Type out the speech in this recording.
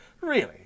really